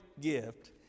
gift